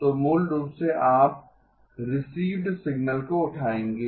तो मूल रूप से आप रीसीवड सिग्नल को उठाएंगे